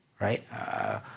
right